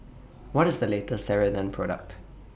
What IS The later Ceradan Product